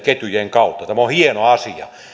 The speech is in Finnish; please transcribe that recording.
kautta tämä on hieno asia